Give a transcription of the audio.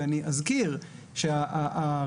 ואני אזכיר שהרציונל,